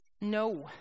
No